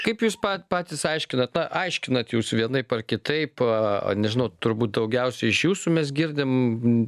kaip jūs pat patys aiškinat na aiškinat jūs vienaip ar kitaip aaa nežinau turbūt daugiausia iš jūsų mes girdim